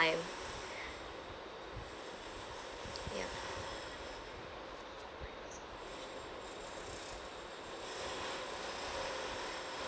ya